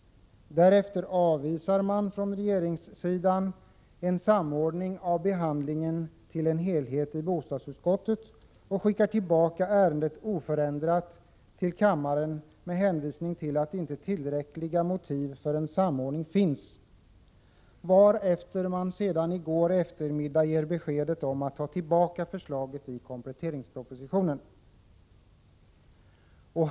Därefter avvisar man från regeringspartiets sida en samordning av behandlingen i bostadsut skottet och skickar tillbaka ärendet oförändrat till kammaren, med hänvis — Prot. 1986/87:123 ning till att inte tillräckliga motiv för en samordning finns. Och därefter gav — 14 maj 1987 regeringen i går eftermiddag beskedet att man tar tillbaka förslaget i kompletteringspropositionen.